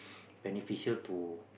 beneficial to